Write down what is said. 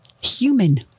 Human